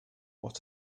what